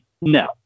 No